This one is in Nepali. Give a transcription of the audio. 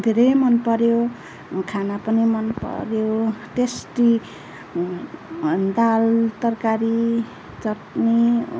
धेरै मन पऱ्यो खाना पनि मन पऱ्यो टेस्टी दाल तरकारी चटनी